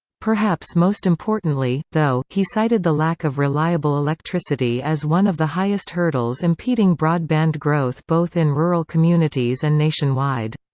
perhaps most importantly, though, he cited the lack of reliable electricity as one of the highest hurdles impeding broadband growth both in rural communities and nationwide.